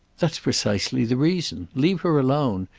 that's precisely the reason. leave her alone.